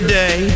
day